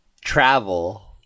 Travel